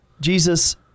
Jesus